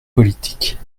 politique